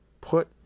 put